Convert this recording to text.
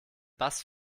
bass